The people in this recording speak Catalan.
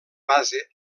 base